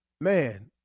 man